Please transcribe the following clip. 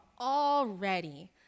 already